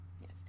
Yes